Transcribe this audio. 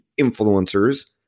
influencers